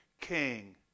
king